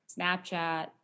Snapchat